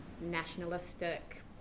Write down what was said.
nationalistic